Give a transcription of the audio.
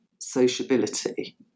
sociability